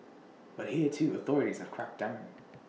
but here too authorities have cracked down